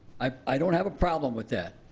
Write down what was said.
i don't have a problem with that.